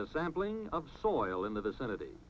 the sampling of soil in the vicinity